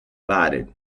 parted